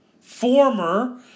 Former